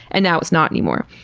and now it's not anymore.